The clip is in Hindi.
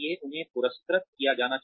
उन्हें पुरस्कृत किया जाना चाहिए